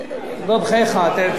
אתה מבין מה קרה שם, מי